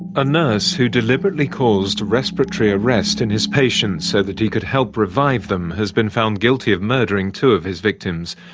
a nurse who deliberately caused respiratory arrest in his patients so that he could help revive them has been found guilty of murdering two of his victims.